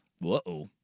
Whoa